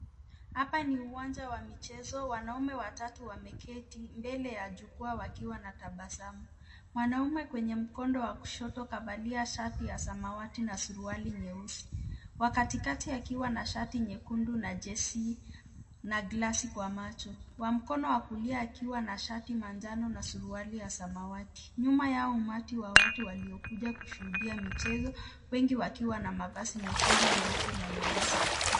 Hapa ni uwanja wa michezo, wanaume watatu wameketi mbele ya jukwaa wakiwa na tabasamu. Mwanaume kwenye mkono wa kushoto kavalia shati ya samawati na suruali nyeusi, wa katikati akiwa na shati nyekundu na jersey na glasi kwa macho, wa mkono wa kulia akiwa na shati manjano na suruali ya samawati. Nyuma yao umati wa watu waliokuja kushuhudia michezo wengi wakiwa na mavazi nyekundu, nyeupe na nyeusi.